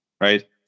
right